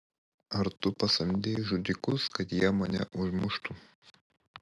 ar tu pasamdei žudikus kad jie mane užmuštų